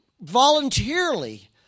voluntarily